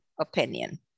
opinion